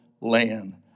land